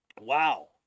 Wow